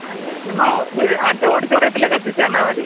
ആയി ആയി നിങ്ങൾ ഓഡിറ്റോറിയത്തിലേക്ക് എത്തിച്ച് തന്നാൽ മതി